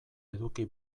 eduki